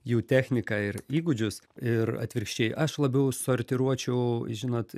jų techniką ir įgūdžius ir atvirkščiai aš labiau suartiruočiau žinot